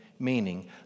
Meaning